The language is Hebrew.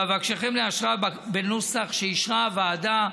ואבקשכם לאשרה בנוסח שאישרה הוועדה.